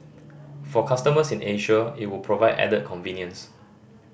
for customers in Asia it would provide added convenience